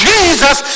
Jesus